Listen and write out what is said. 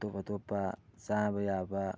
ꯑꯇꯣꯞ ꯑꯇꯣꯞꯄ ꯆꯥꯕ ꯌꯥꯕ